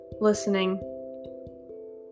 listening